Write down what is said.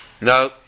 Now